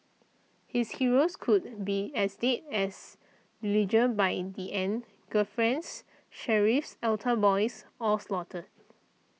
his heroes could be as dead as Dillinger by the end girlfriends sheriffs altar boys all slaughtered